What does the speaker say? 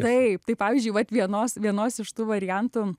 taip tai pavyzdžiui vat vienos vienos iš tų variantų